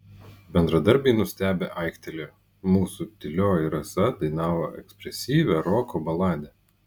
bendradarbiai nustebę aiktelėjo mūsų tylioji rasa dainavo ekspresyvią roko baladę